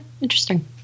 Interesting